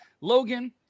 Logan